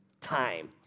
time